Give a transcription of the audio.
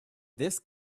this